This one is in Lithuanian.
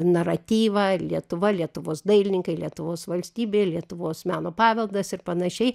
naratyvą lietuva lietuvos dailininkai lietuvos valstybė lietuvos meno paveldas ir panašiai